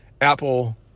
Apple